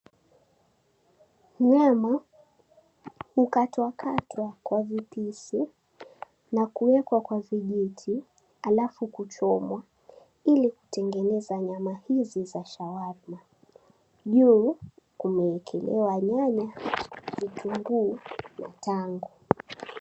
Nyama hukatwakatwa kwa vipisi na kuwekwa vijiti halafu kuchomwa ilikutengeneza nyama hizi za shawarma , juu kumewekelewa nyanya, vitunguu na tango.